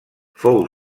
fou